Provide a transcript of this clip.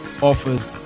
offers